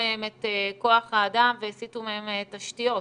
מהן את כוח האדם והסיטו מהן תשתיות?